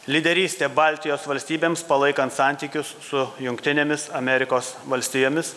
lyderystė baltijos valstybėms palaikant santykius su jungtinėmis amerikos valstijomis